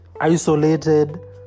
isolated